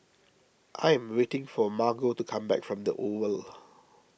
I am waiting for Margo to come back from the Oval